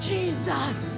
Jesus